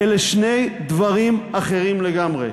אלה שני דברים אחרים לגמרי.